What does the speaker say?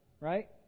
right